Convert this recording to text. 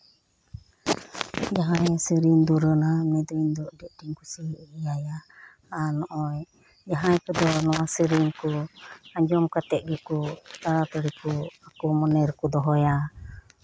ᱡᱟᱦᱟᱭ ᱥᱮᱹᱨᱮᱹᱧ ᱫᱩᱨᱟᱹᱝᱟ ᱩᱱᱤ ᱫᱚ ᱟᱹᱰᱤ ᱟᱸᱴᱤᱧ ᱠᱩᱥᱤᱭᱟᱭᱟ ᱟᱨ ᱡᱟᱦᱟᱸᱭ ᱠᱚᱫᱚ ᱱᱚᱶᱟ ᱥᱮᱹᱨᱮᱹᱧ ᱠᱚ ᱟᱸᱡᱚᱢ ᱠᱟᱛᱮᱫ ᱜᱮᱠᱚ ᱛᱟᱲᱟ ᱛᱟᱲᱤᱠᱚ ᱢᱚᱱᱮ ᱨᱮᱠᱚ ᱫᱚᱦᱚᱭᱟ